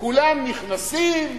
כולם נכנסים,